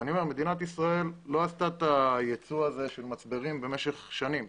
אני אומר שמדינת ישראל לא עשתה את היצוא הזה של מצברים במשך שנים.